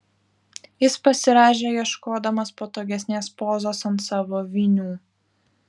jis pasirąžė ieškodamas patogesnės pozos ant savo vinių